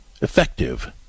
effective